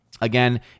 again